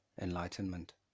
enlightenment